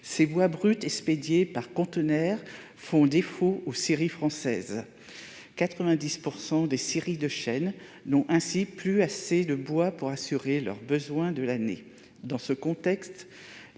Ces bois bruts expédiés par containers font défaut aux scieries françaises. Ainsi, 90 % des scieries de chênes n'ont plus assez de bois pour assurer leurs besoins de l'année. Dans ce contexte,